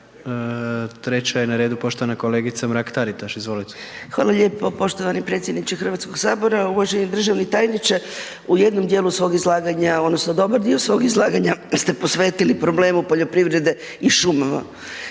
Treća je na redu poštovana kolegica Mrak Taritaš. Izvolite. **Mrak-Taritaš, Anka (GLAS)** Hvala lijepo poštovani predsjedniče Hrvatskog sabora. Uvaženi državni tajniče u jednom dijelu svoj izlaganja odnosno dobar dio svog izlaganja ste posvetili problemu poljoprivrede i šumama,